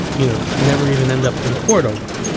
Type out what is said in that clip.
you know, never even end up in court over.